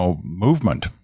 movement